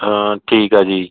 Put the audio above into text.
ਠੀਕ ਆ ਜੀ